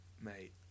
mate